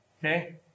Okay